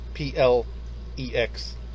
P-L-E-X